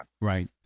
Right